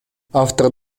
автор